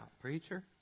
preacher